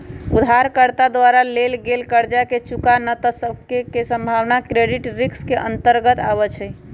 उधारकर्ता द्वारा लेल गेल कर्जा के चुक्ता न क सक्के के संभावना क्रेडिट रिस्क के अंतर्गत आबइ छै